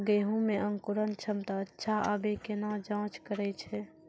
गेहूँ मे अंकुरन क्षमता अच्छा आबे केना जाँच करैय छै?